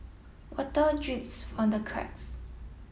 water drips from the cracks